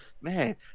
man